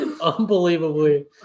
Unbelievably